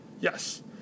Yes